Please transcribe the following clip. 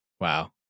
Wow